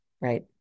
right